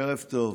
ערב טוב.